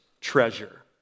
treasure